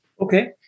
Okay